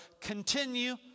continue